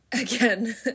again